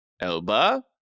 Elba